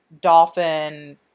dolphin